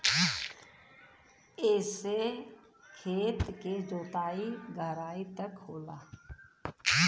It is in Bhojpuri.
एसे खेत के जोताई गहराई तक होला